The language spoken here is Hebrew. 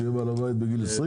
שהוא יהיה בעל הבית בגיל 20?